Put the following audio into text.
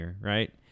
Right